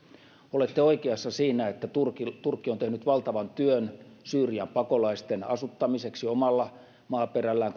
olette oikeassa siinä että turkki on tehnyt valtavan työn syyrian pakolaisten asuttamiseksi omalla maaperällään